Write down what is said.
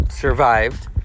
Survived